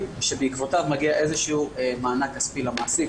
שבעקבותיו מגיע איזשהו מענק כספי למעסיק.